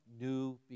new